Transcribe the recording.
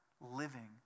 living